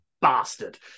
Bastard